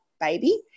baby